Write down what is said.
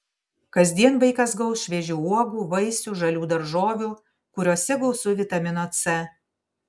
kasdien vaikas gaus šviežių uogų vaisių žalių daržovių kuriose gausu vitamino c